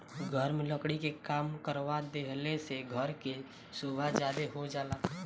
घर में लकड़ी के काम करवा देहला से घर के सोभा ज्यादे हो जाला